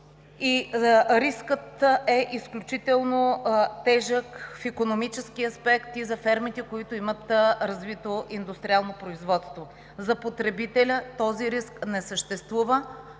рискът е изключително тежък и за фермите, които имат развито индустриално производство. За потребителя този риск не съществува